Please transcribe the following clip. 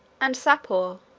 and sapor,